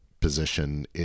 position